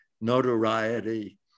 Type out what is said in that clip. notoriety